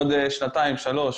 בעוד שנתיים-שלוש